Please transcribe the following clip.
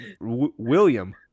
William